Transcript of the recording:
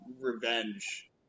revenge